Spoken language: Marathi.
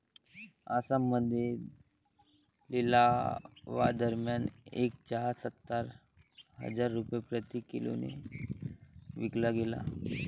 आसाममध्ये लिलावादरम्यान एक चहा सत्तर हजार रुपये प्रति किलोने विकला गेला